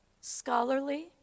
Scholarly